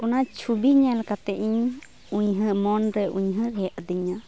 ᱚᱱᱟ ᱪᱷᱩᱵᱤ ᱧᱮᱞ ᱠᱟᱛᱮᱫ ᱤᱧ ᱢᱚᱱᱨᱮ ᱩᱭᱦᱟᱹᱨ ᱦᱮᱡ ᱟᱹᱫᱤᱧᱟ